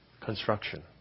construction